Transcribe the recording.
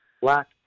black